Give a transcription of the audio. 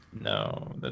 No